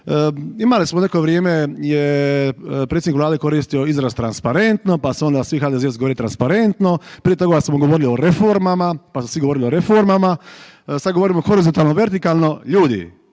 imali smo neko vrijeme je predsjednik Vlade koristio izraz transparentno, pa su onda svi HDZ-ovci govorili transparentno, prije toga su govorili o reformama, pa su svi govorili o reformama, sad govorimo horizontalno, vertikalno. Ljudi,